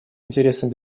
интересам